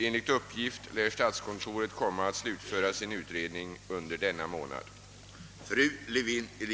Enligt uppgift lär statskontoret komma att slutföra sin utredning under februari.